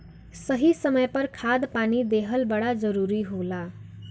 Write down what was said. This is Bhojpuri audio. सही समय पर खाद पानी देहल बड़ा जरूरी होला